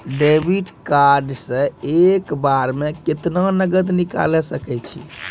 Debit card से एक बार मे केतना नगद निकाल सके छी?